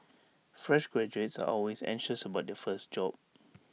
fresh graduates are always anxious about their first job